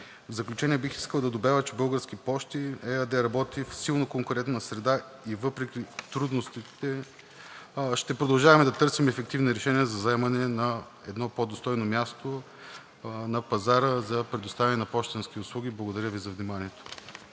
В заключение бих искал да добавя, че „Български пощи“ ЕАД работи в силно конкурентна среда, и въпреки трудностите ще продължаваме да търсим ефективни решения за заемане на едно по-достойно място на пазара за предоставяне на пощенски услуги. Благодаря Ви за вниманието.